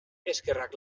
eskerrak